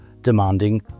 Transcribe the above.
demanding